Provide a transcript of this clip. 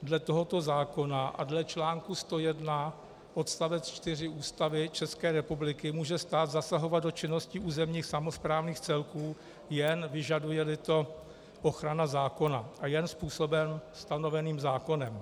Dle tohoto zákona a dle článku 101 odst. 4 Ústavy České republiky může stát zasahovat do činnosti územních samosprávných celků, jen vyžadujeli to ochrana zákona a jen způsobem stanoveným zákonem.